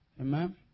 Amen